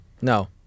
No